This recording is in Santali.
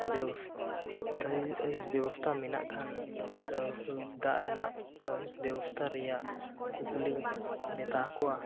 ᱵᱮᱵᱚᱥᱛᱟ ᱵᱮᱵᱚᱥᱛᱟ ᱢᱮᱱᱟᱜ ᱠᱷᱟᱱ ᱫᱟᱜ ᱨᱮᱭᱟᱜ ᱵᱮᱥ ᱵᱮᱵᱚᱥᱛᱷᱟ ᱨᱮᱭᱟᱜ ᱠᱩᱠᱞᱤᱧ ᱢᱮᱛᱟ ᱟᱠᱚᱣᱟ